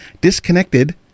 disconnected